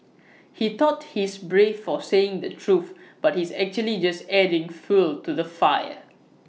he thought he's brave for saying the truth but he's actually just adding fuel to the fire